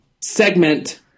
segment